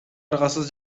аргасыз